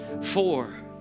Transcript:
four